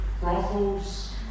brothels